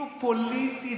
הבריאות.